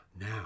Now